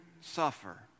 suffer